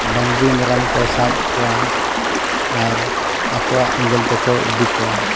ᱰᱟᱝᱨᱤ ᱢᱮᱨᱚᱢ ᱠᱚ ᱥᱟᱵ ᱠᱚᱣᱟ ᱟᱨ ᱟᱠᱚᱣᱟᱜ ᱮᱸᱜᱮᱞ ᱛᱮᱠᱚ ᱤᱫᱤ ᱠᱚᱣᱟ